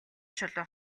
чулуу